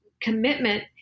commitment